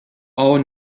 all